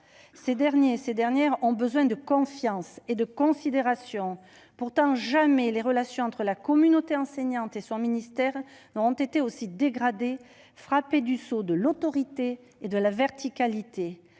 hussards noirs. Ces derniers ont besoin de confiance et de considération : pourtant, jamais les relations entre la communauté enseignante et son ministère n'auront été aussi dégradées et frappées du sceau de l'autorité et de la verticalité.